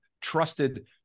trusted